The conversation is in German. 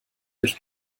durch